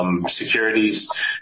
securities